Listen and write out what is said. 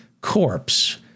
corpse